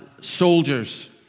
soldiers